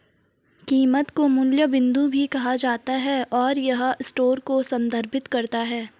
कीमत को मूल्य बिंदु भी कहा जाता है, और यह स्टोर को संदर्भित करता है